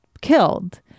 killed